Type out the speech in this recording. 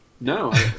No